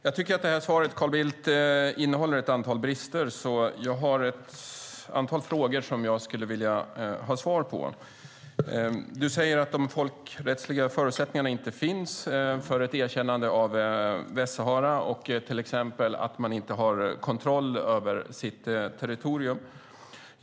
Jag tycker att detta svar, Carl Bildt, innehåller ett antal brister och har därför ett antal frågor som jag skulle vilja ha svar på. Du säger att de folkrättsliga förutsättningarna för ett erkännande av Västsahara inte finns och att man inte har kontroll över sitt territorium.